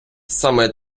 саме